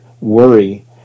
worry